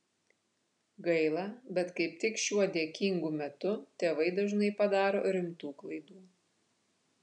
gaila bet kaip tik šiuo dėkingu metu tėvai dažnai padaro rimtų klaidų